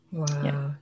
wow